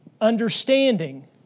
understanding